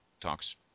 talks